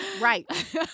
right